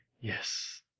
Yes